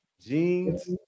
Jeans